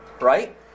right